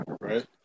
Right